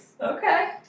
Okay